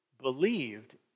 believed